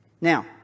Now